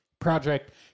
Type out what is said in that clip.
project